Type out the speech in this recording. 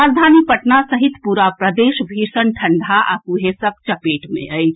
राजधानी पटना सहित पूरा प्रदेश भीषण ठंढा आ कुहेसक चपेट मे अछि